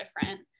different